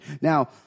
Now